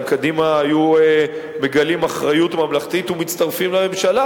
אם קדימה היו מגלים אחריות ממלכתית ומצטרפים לממשלה,